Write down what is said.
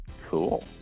Cool